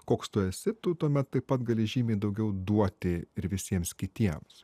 koks tu esi tu tuomet taip pat gali žymiai daugiau duoti ir visiems kitiems